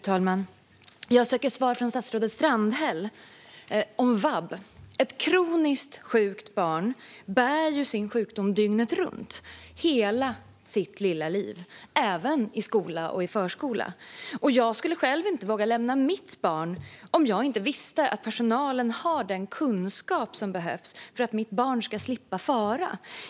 Fru talman! Jag söker svar från statsrådet Strandhäll om vab. Ett kroniskt sjukt barn bär sin sjukdom dygnet runt hela sitt lilla liv, även i skola och förskola. Jag skulle själv inte våga lämna mitt barn om jag inte visste att personalen har den kunskap som behövs för att mitt barn ska slippa fara.